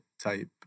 type